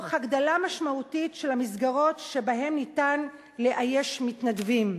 תוך הגדלה משמעותית של המסגרות שבהן ניתן לאייש מתנדבים.